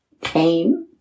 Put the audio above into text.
came